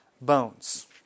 bones